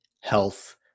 health